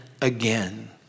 again